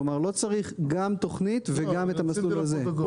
כלומר לא צריך גם תוכנית וגם את המסלול הזה.